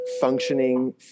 functioning